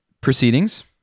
proceedings